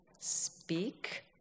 speak